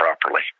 properly